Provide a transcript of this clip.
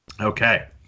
okay